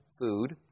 food